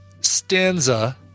stanza